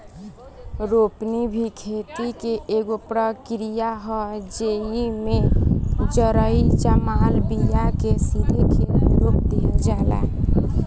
रोपनी भी खेती के एगो प्रक्रिया ह, जेइमे जरई जमाल बिया के सीधे खेते मे रोप दिहल जाला